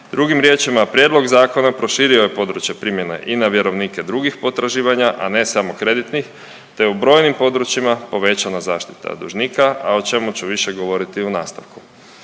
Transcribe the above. Drugim riječima Prijedlog zakona proširio je područje primjene i na vjerovnike drugih potraživanja, a ne samo kreditnih, te je u brojnim područjima povećana zaštita dužnika, a o čemu ću više govoriti u nastavku.